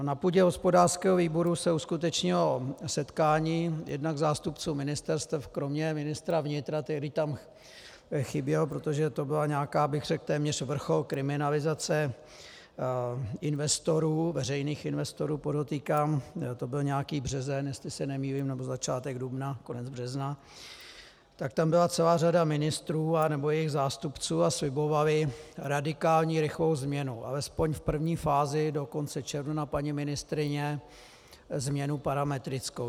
Na půdě hospodářského výboru se uskutečnilo setkání jednak zástupců ministerstev kromě ministra vnitra, který tam chyběl, protože to byl nějaký, bych řekl, téměř vrchol kriminalizace investorů, veřejných investorů podotýkám to byl nějaký březen, jestli se nemýlím, nebo začátek dubna, konec března tak tam byla celá řada ministrů a nebo jejich zástupců a slibovali radikální rychlou změnu, alespoň v první fázi do konce června paní ministryně změnu parametrickou.